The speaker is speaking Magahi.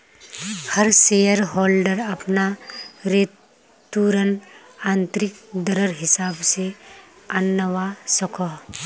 हर शेयर होल्डर अपना रेतुर्न आंतरिक दरर हिसाब से आंनवा सकोह